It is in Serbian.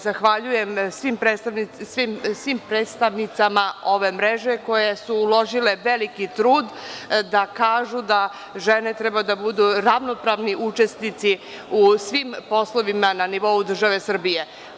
Zahvaljujem se svim predstavnicama ove mreže koje su uložile veliki trud da kažu da žene treba da budu ravnopravni učesnici u svim poslovima na nivou države Srbije.